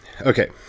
okay